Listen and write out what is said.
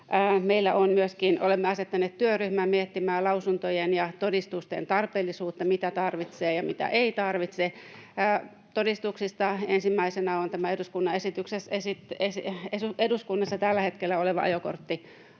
kesken. Myöskin olemme asettaneet työryhmän miettimään lausuntojen ja todistusten tarpeellisuutta, mitä tarvitsee ja mitä ei tarvitse. Todistuksista ensimmäisenä esityksenä on eduskunnassa tällä hetkellä olevat